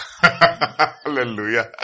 Hallelujah